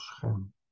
Shem